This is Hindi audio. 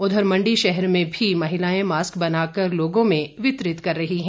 उधर मंडी शहर में भी महिलाएं मास्क बनाकर लोगों में वितरित कर रही हैं